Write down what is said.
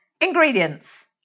Ingredients